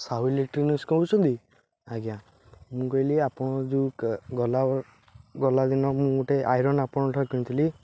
Sahu electronics କହୁଛନ୍ତି ଆଜ୍ଞା ମୁଁ କହିଲି ଆପଣ ଯେଉଁ କା ଗଲା ଗଲା ଦିନ ମୁଁ ଗୋଟେ ଆଇରନ୍ ଆପଣଙ୍କଠାରୁ କିଣିଥିଲି